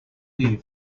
leave